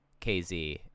KZ